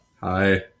Hi